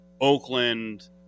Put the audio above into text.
Oakland